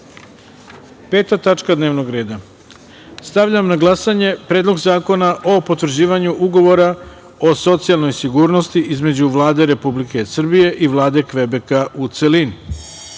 5. dnevnog reda. Stavljam na glasanje Predlog zakona o potvrđivanju ugovora o socijalnoj sigurnosti između Vlade Republike Srbije i Vlade Kvebeka, u celini. Molim